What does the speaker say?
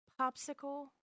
popsicle